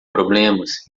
problemas